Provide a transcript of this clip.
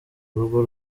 urwo